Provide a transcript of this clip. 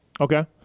Okay